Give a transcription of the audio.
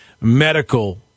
medical